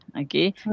Okay